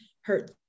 hurt